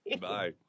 Bye